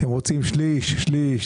אתם רוצים שליש - שליש.